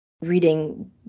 reading